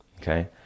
Okay